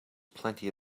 plenty